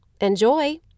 Enjoy